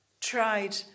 tried